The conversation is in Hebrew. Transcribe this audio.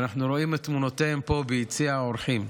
ואנחנו רואים את תמונותיהם פה ביציע האורחים.